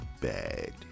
bad